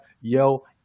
yo